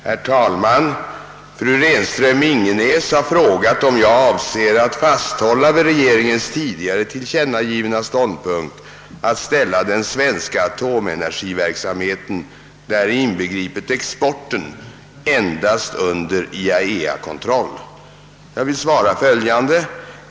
Herr talman! Fru Renström-Ingenäs har frågat, om jag avser att fasthålla vid regeringens tidigare = tillkännagivna ståndpunkt att ställa den svenska atomenergiverksamheten, däri inbegripet exporten, endast under ITAEA-kontroll. Jag vill svara följande.